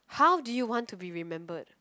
how do you want to be remembered